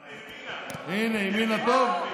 הינה, ימינה, טוב?